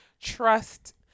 trust